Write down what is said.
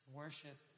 worship